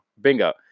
Bingo